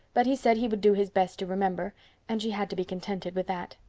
but he said he would do his best to remember and she had to be contented with that.